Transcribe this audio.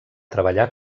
treballar